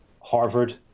Harvard